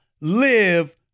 live